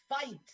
fight